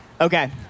Okay